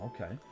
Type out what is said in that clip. Okay